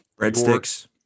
breadsticks